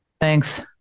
Thanks